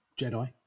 Jedi